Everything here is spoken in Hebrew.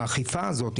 האכיפה הזאת.